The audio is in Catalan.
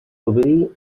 obrir